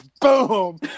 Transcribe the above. boom